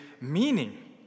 meaning